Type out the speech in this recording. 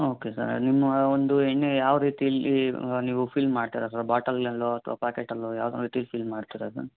ಹಾಂ okay sir ನಿಮ್ಮ ಒಂದು ಎಣ್ಣೆ ಯಾವ ರೀತಿಯಲ್ಲಿ ನೀವು ಫಿಲ್ ಮಾಡ್ತೀರಾ ಸರ್ ಬಾಟಲ್ನಲ್ಲೋ ಅಥವಾ ಪ್ಯಾಕೆಟಲ್ಲೋ ಯಾವ ರೀತಿ ಫಿಲ್ ಮಾಡ್ತೀರಾ ಸರ್